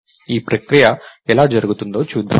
ఈ ప్రక్రియ ఎలా జరుగుతుందో చూద్దాం